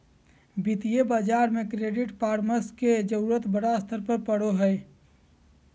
वित्तीय बाजार में क्रेडिट परामर्श के जरूरत बड़ा स्तर पर पड़ो हइ